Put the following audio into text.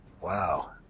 Wow